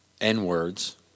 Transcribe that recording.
N-words